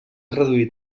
reduït